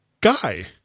guy